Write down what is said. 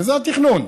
וזה התכנון,